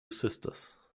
sisters